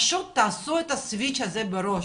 פשוט תעשו את הסוויץ' הזה בראש.